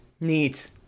Neat